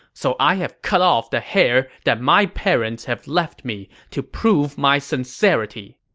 so i have cut off the hair that my parents have left me to prove my sincerity!